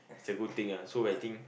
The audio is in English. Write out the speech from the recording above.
it's a good thing ah so I think